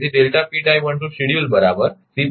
તેથી